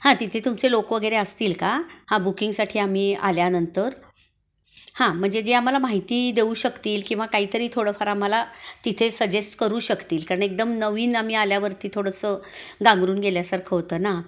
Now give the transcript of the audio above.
हां तिथे तुमचे लोक वगैरे असतील का हां बुकिंगसाठी आम्ही आल्यानंतर हां म्हणजे जे आम्हाला माहिती देऊ शकतील किंवा काहीतरी थोडंफार आम्हाला तिथे सजेस्ट करू शकतील कारण एकदम नवीन आम्ही आल्यावरती थोडंसं गांगरून गेल्यासारखं होतं ना